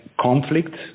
conflict